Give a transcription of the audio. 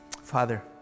Father